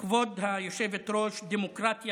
כבוד היושבת-ראש, דמוקרטיה